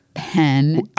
pen